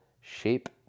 shape